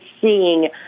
seeing